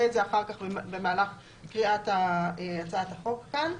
את זה אחר כך במהלך קריאת הצעת החוק כאן.